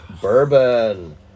bourbon